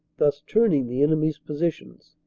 thus turning the enemy s positions.